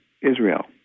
Israel